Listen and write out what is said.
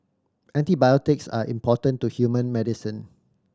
antibiotics are important to human medicine